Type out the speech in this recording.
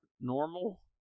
normal